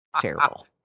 terrible